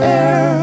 air